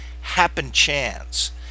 happen-chance